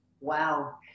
Wow